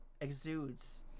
exudes